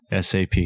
SAP